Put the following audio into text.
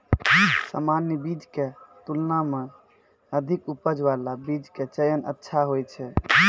सामान्य बीज के तुलना मॅ अधिक उपज बाला बीज के चयन अच्छा होय छै